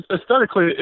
aesthetically